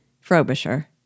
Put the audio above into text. Frobisher